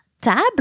table